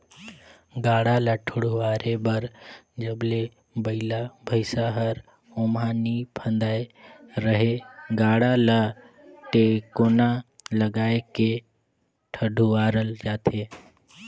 गाड़ा ल ठडुवारे बर जब ले बइला भइसा हर ओमहा नी फदाय रहेए गाड़ा ल टेकोना लगाय के ठडुवारल जाथे